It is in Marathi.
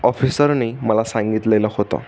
ऑफिसरने मला सांगितलेलं होतं